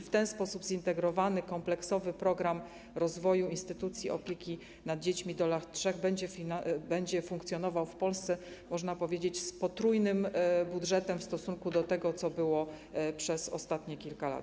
W ten sposób zintegrowany kompleksowy program rozwoju instytucji opieki nad dziećmi do lat 3 będzie funkcjonował w Polsce, można powiedzieć, z potrójnym budżetem w stosunku do tego, co było przez ostatnie kilka lat.